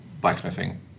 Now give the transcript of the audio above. blacksmithing